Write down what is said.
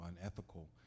unethical